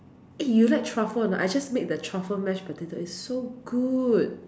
eh you like truffle or not I just made the truffle mash potato it's so good